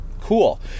cool